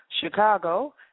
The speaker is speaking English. Chicago